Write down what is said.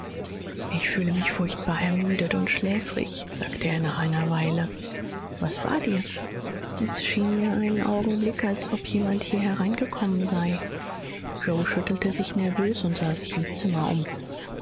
ich fühle mich furchtbar ermüdet und schläfrig sagte er nach einer weile was war dir es schien mir einen augenblick als ob jemand hier hereingekommen sei yoe schüttelte sich nervös und sah sich im zimmer um